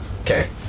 Okay